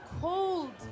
cold